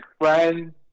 Friends